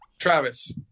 travis